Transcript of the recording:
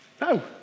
No